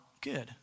good